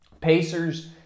Pacers